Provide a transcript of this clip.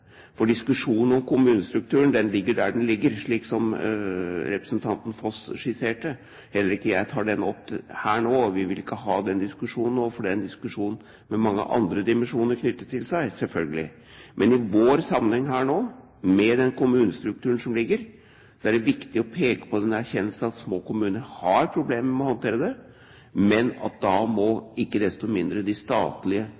Diskusjonen om kommunestrukturen ligger der den ligger, slik som representanten Foss skisserte. Heller ikke jeg tar den opp her nå. Vi vil ikke ha den diskusjonen nå, for den diskusjonen har selvfølgelig også mange andre dimensjoner knyttet til seg. Men i vår sammenheng her nå, med den kommunestrukturen som ligger der, er det viktig å peke på den erkjennelsen at små kommuner har problemer med å håndtere det.